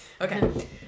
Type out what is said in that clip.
Okay